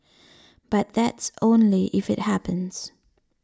but that's only if it happens